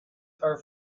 are